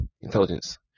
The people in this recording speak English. intelligence